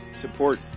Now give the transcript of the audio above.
support